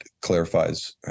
clarifies